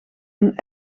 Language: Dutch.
een